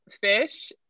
fish